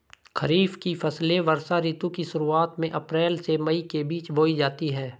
खरीफ की फसलें वर्षा ऋतु की शुरुआत में अप्रैल से मई के बीच बोई जाती हैं